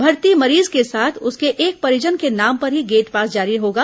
भर्ती मरीज के साथ उसके एक परिजन के नाम पर ही गेट पास जारी होगा